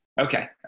Okay